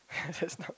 just talk